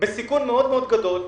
בסיכון מאוד גדול,